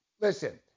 listen